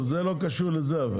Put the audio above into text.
זה לא קשור לזה.